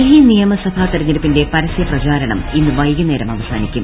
ഡൽഹി നിയമസഭ തെര്ഞ്ഞെടുപ്പിന്റെ പരസ്യപ്രചാരണം ന് ഇന്ന് വൈകുന്നേരം ആവ്സാനിക്കും